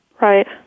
Right